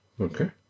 Okay